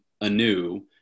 anew